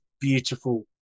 beautiful